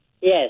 yes